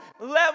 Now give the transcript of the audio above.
level